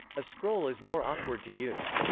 a scroll is more awkward to use.